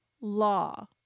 law